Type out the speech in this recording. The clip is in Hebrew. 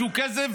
שהוא כסף